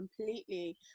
completely